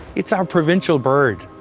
it's our provincial bird.